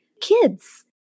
kids